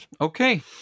Okay